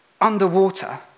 underwater